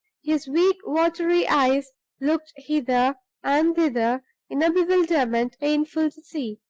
his weak, watery eyes looked hither and thither in a bewilderment painful to see.